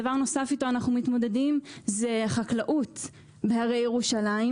דבר נוסף שאתו אנחנו מתמודדים זה חקלאות בהרי ירושלים,